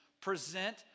Present